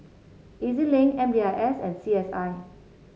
E Z Link M D I S and C S I